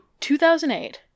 2008